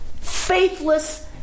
faithless